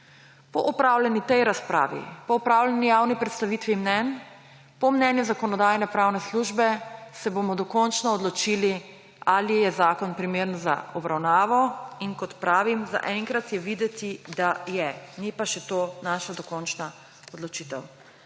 opravljeni razpravi, po opravljeni javni predstaviti mnenj, po mnenju Zakonodajno-pravne službe se bomo dokončno odločili, ali je zakon primeren za obravnavo in, kot pravim, za enkrat je videti, da je, ni pa še to naša dokončna odločitev.